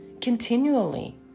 Continually